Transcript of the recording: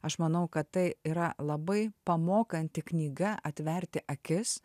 aš manau kad tai yra labai pamokanti knyga atverti akis